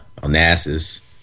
Onassis